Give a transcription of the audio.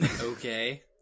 Okay